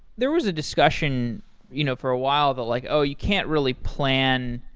there was a discussion you know for a while that like, oh, you can't really plan,